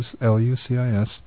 L-U-C-I-S